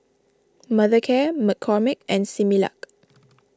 Mothercare McCormick and Similac